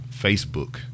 Facebook